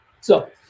so-